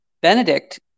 Benedict